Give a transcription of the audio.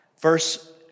Verse